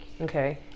okay